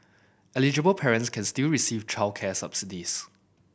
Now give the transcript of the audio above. eligible parents can still receive childcare subsidies